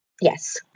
Yes